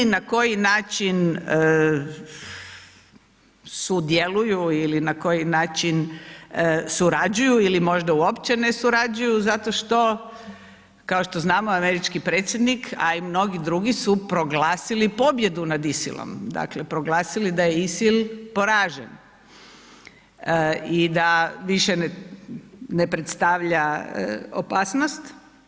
Na koji način sudjeluju ili na koji način surađuju ili možda uopće ne surađuju, kao što znamo, američki predsjednik, a i mnogi drugi su proglasili pobjedu nad ISIL-om, dakle, proglasili da je ISIL poražen i da više ne predstavlja opasnost.